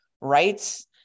rights